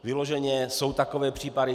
Vyloženě jsou takové případy.